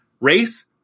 Race